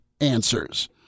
answers